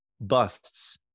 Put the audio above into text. busts